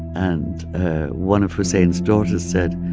and one of hussain's daughters said,